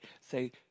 Say